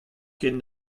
ken